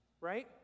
right